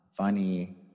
funny